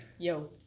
Yo